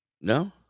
no